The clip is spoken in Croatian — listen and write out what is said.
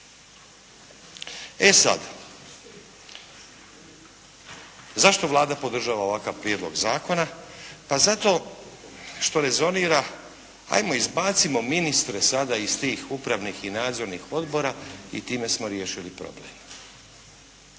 E sada, zašto Vlada podržava ovakav prijedlog zakona? Pa zato što rezonira, ajmo izbacimo ministre sada iz tih upravnih i nadzornih odbora i time smo riješili problem.